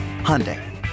Hyundai